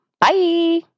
Bye